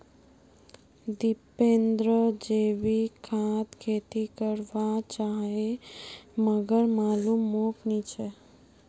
दीपेंद्र जैविक खाद खेती कर वा चहाचे मगर मालूम मोक नी छे